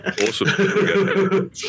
Awesome